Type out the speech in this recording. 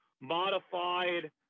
modified